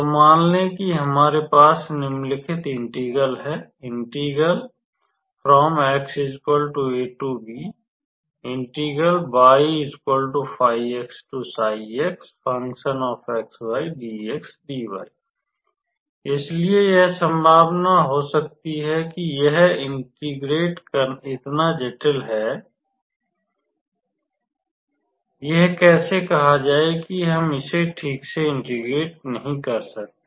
तो मान लें कि हमारे पास निम्नलिखित इंटीग्रल है इसलिए यह संभव हो सकता है कि यह इंटीग्रेंड इतना जटिल है या यह कैसे कहा जाए कि हम इसे ठीक से इंटीग्रेट नहीं कर सकते